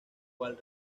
cual